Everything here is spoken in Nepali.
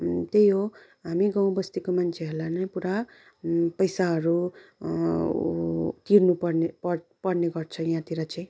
त्यही हो हामी गाउँ बस्तीको मान्छेहरूलाई नै पुरा पैसाहरू तिर्नु पर्ने पर् पर्ने गर्छ यहाँतिर चाहिँ